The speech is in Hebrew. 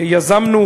יזמנו,